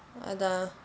அதான்:athaan